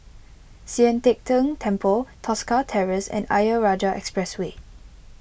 Sian Teck Tng Temple Tosca Terrace and Ayer Rajah Expressway